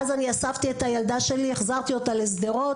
אספתי את הילדה והחזרתי אותה לשדרות.